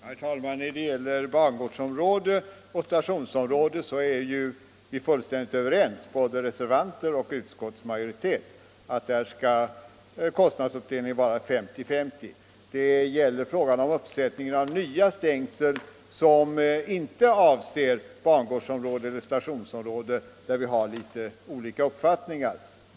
Herr talman! När det gäller bangårdsområde och stationsområde är ju reservanter och utskottsmajoritet fullständigt överens: där skall kostnadsfördelningen vara 50-50. Det är i fråga om uppsättning av stängsel som inte avser bangårdsområde eller stationsområde som vi har litet olika uppfattningar.